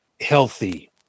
healthy